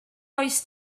oes